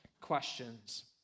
questions